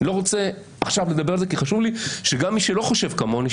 לא רוצה עכשיו לדבר על זה כי חשוב לי שגם מי שלא חושב כמוני,